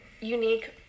unique